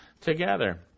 together